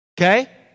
Okay